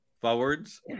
forwards